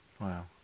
Wow